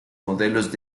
modelos